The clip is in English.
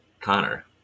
Connor